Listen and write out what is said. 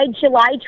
July